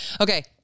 Okay